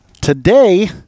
today